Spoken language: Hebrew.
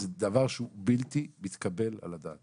זה דבר שהוא בלתי מתקבל על הדעת.